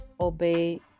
obey